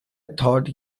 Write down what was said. thought